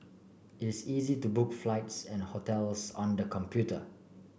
it is easy to book flights and hotels on the computer